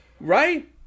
Right